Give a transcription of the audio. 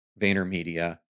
VaynerMedia